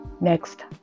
next